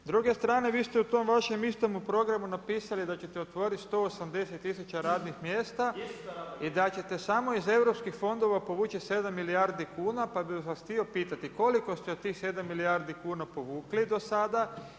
S druge strane vi ste u tom vašem istome programu napisali, da ćete otvoriti 18000 radnih mjesta, i da ćete samo iz europskih fondova povući 7 milijardi kn, pa bih vas htio pitati, koliko ste u tih 7 milijardi kn povukli do sada?